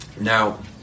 now